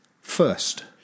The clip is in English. first